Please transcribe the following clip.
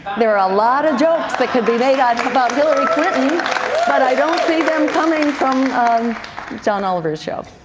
there are a lot of jokes that could be made ah about hillary clinton but i don't see them coming from don oliver's show.